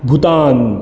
Bhutan